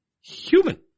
human